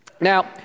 Now